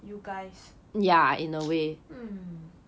you guys mm